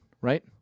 right